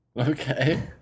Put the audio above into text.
Okay